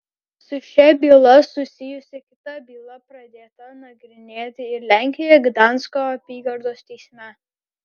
su šia byla susijusi kita byla pradėta nagrinėti ir lenkijoje gdansko apygardos teisme